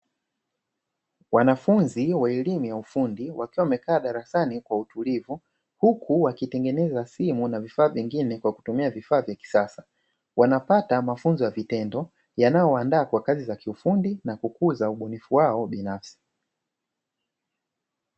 Wanafunzi wa elimu ya ufundi wakiwa wamekaa darasani kwa utulivu huku wakitengeneza simu na vifaa vingine kwa kutumia vifaa vya kisasa, wanapata mafunzo ya vitendo yanayoandaa kwa kazi za kiufundi na kukuza ubunifu wao binafsi.